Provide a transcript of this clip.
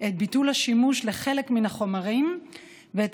את ביטול השימוש בחלק מן החומרים ואת